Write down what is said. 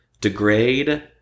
degrade